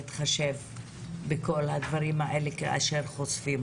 כאשר הוא נחשף בכל הדברים האלה.